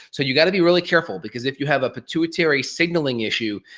so, you gotta be really careful because if you have a pituitary signaling issue,